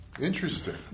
Interesting